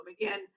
Again